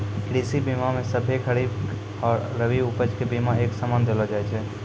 कृषि बीमा मे सभ्भे खरीक आरु रवि उपज के बिमा एक समान देलो जाय छै